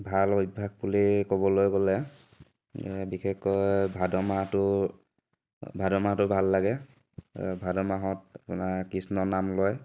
ভাল অভ্যাস বুলি ক'বলৈ গ'লে বিশেষকৈ ভাদ মাহটো ভাদ মাহটো ভাল লাগে ভাদ মাহত আপোনাৰ কৃষ্ণ নাম লয়